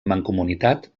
mancomunitat